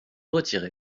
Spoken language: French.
retiré